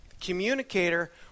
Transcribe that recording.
communicator